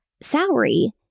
salary